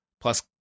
plus